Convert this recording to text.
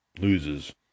loses